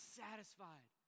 satisfied